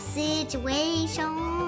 situation